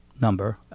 Number